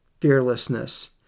Fearlessness